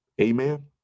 amen